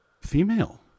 female